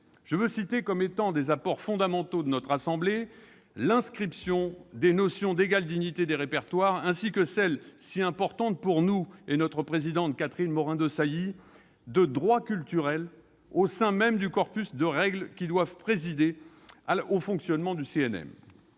Je veux citer comme étant des apports fondamentaux de notre assemblée : l'inscription des notions d'égale dignité des répertoires ainsi que celle, si importante pour nous et notre présidente Catherine Morin-Desailly, de droits culturels au sein même du corpus de règles qui doivent présider au fonctionnement du CNM